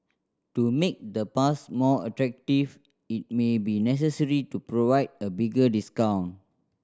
to make the pass more attractive it may be necessary to provide a bigger discount